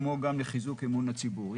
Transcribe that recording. כמו גם לחיזוק אמון הציבור.